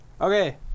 Okay